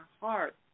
heart